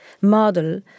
model